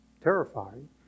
terrifying